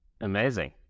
Amazing